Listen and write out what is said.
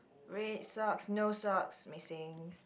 red socks no socks missing